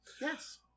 Yes